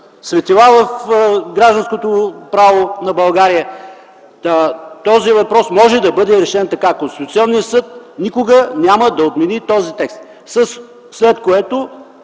светила в гражданското право на България, този въпрос може да бъде решен така. Конституционният съд никога няма да отмени този текст, след което